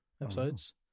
episodes